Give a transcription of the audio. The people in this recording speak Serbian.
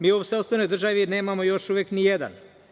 Mi u sopstvenoj državi nemamo još uvek ni jedan.